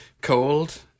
cold